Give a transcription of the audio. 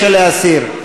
9, להסיר.